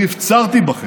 אני הפצרתי בכם,